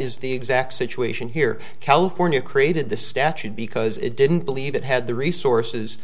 is the exact situation here california created this statute because it didn't believe it had the resources